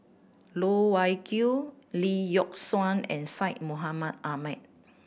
Loh Wai Kiew Lee Yock Suan and Syed Mohamed Ahmed